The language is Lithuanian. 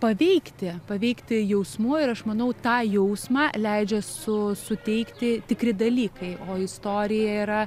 paveikti paveikti jausmu ir aš manau tą jausmą leidžia su suteikti tikri dalykai o istorija yra